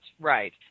Right